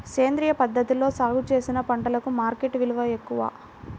సేంద్రియ పద్ధతిలో సాగు చేసిన పంటలకు మార్కెట్ విలువ ఎక్కువ